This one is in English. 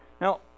Now